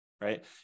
right